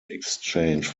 exchange